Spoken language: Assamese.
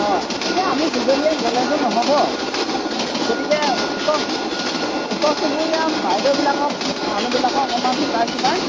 হয় এতিয়া আমি দুজনীয়ে গ'লেতো নহ'ব গতিকে ওচৰ চুবুৰীয়া বাইদেউবিলাকক মানুহবিলাকক অকণমান গোটাই চোটাই